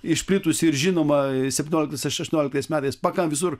išplitusi ir žinoma septynioliktais aštuonioliktais metais pakan visur